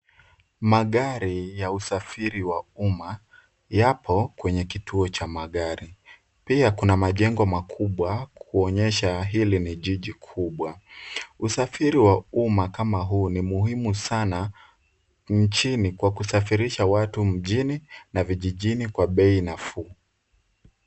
Magari ya usafiri wa umma yapo kwenye kituo cha magari. Pia kuna majengo makubwa kuonyesha hili na jiji kubwa. Usafiri wa umma kama huo ni muhimu sana nchini kwa kusafirisha watu mjini na vijijini kwa bei nafuu.